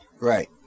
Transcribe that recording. right